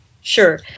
Sure